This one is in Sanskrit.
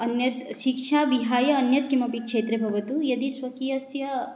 अन्यत् शिक्षां विहाय अन्यत् किमपि क्षेत्रे भवतु यदि स्वकीयस्य